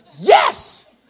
Yes